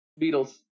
Beatles